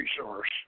resource